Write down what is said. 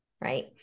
right